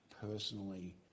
personally